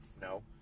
No